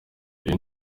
uyu